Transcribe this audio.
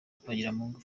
twagiramungu